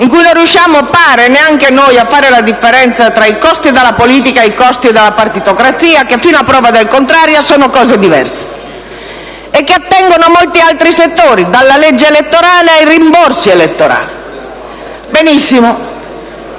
in cui non sembra che neanche noi riusciamo a fare la differenza tra i costi della politica e i costi della partitocrazia, che fino a prova contraria sono aspetti diversi e che attengono a molti altri settori, dalla legge elettorale ai rimborsi elettorali, però poi